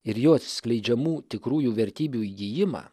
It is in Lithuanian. ir jo atskleidžiamų tikrųjų vertybių įgijimą